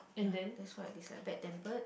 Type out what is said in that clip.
ya that's why I dislike bad tempered